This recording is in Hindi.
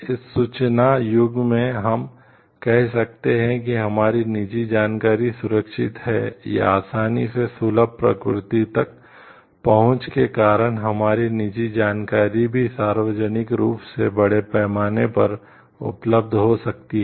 इस सूचना युग में हम कह सकते हैं कि हमारी निजी जानकारी सुरक्षित है या आसानी से सुलभ प्रकृति तक पहुँच के कारण हमारी निजी जानकारी भी सार्वजनिक रूप से बड़े पैमाने पर उपलब्ध हो सकती है